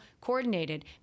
coordinated